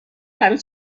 برای